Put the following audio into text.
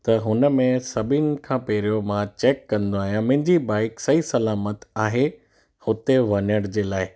त हुन में सभिनि खां पहिरियों मां चैक कंदो आहियां मुंहिंजी बाइक सही सलामत आहे हुते वञण जे लाइ